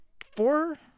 four